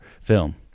film